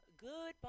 Goodbye